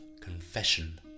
confession